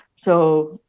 so